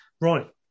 Right